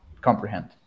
comprehend